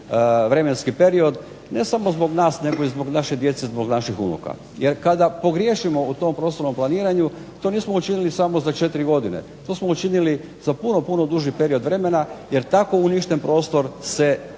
vremenski period, ne samo zbog nas nego i zbog naše djece, zbog naših unuka. Jer kada pogriješimo u tom prostornom planiranju to nismo učinili samo za četiri godine, to smo učinili za puno, puno duži period vremena jer tako uništen prostor se teško